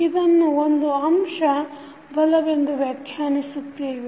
ಇದನ್ನು ಒಂದು ಅಂಶದ ಬಲವೆಂದು ವ್ಯಾಖ್ಯಾನಿಸುತ್ತೇವೆ